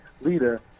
leader